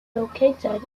located